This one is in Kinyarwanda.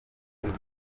uyu